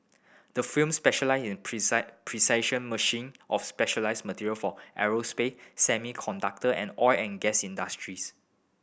the firm specialise in precise precision machine of specialised material for aerospace semiconductor and oil and gas industries